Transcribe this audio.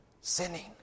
sinning